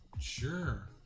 Sure